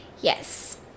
yes